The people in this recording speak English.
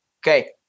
Okay